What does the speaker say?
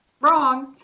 Wrong